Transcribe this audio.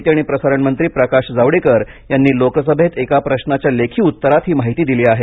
माहिती आणि प्रसारण मंत्री प्रकाश जावडेकर यांनी लोकसभेत एका प्रश्राच्या लेखी उत्तरात ही माहिती दिली आहे